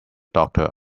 doctor